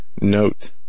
note